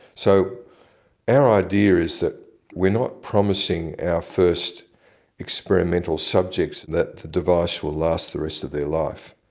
so our idea is that we're not promising our first experimental subjects that the device will last the rest of their life.